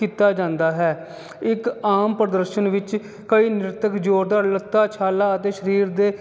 ਕੀਤਾ ਜਾਂਦਾ ਹੈ ਇੱਕ ਆਮ ਪ੍ਰਦਰਸ਼ਨ ਵਿੱਚ ਕਈ ਨ੍ਰਿਤਕ ਜ਼ੋਰਦਾਰ ਲੱਤਾਂ ਛਾਲਾਂ ਅਤੇ ਸਰੀਰ ਦੇ